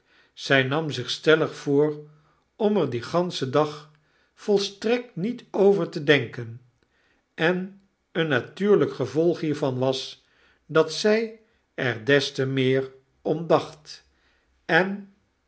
zij nam zich stellig voor om er dien ganschen dag volstrekt niet tver te denken en een natuurlijk gevolg hiervan was dat zij er des te meer om dacht en